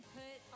put